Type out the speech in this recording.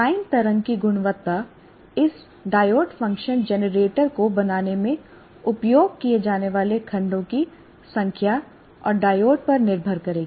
sign तरंग की गुणवत्ता इस डायोड फ़ंक्शन जनरेटर को बनाने में उपयोग किए जाने वाले खंडों की संख्या और डायोड पर निर्भर करेगी